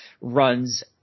runs